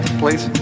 please